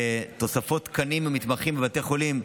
תוספות תקנים ומתמחים בבתי חולים,